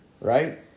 right